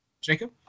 Jacob